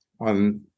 on